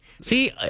See